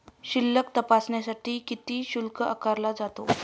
शिल्लक तपासण्यासाठी किती शुल्क आकारला जातो?